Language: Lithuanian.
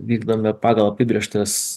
vykdome pagal apibrėžtas